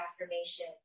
affirmation